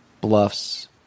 bluffs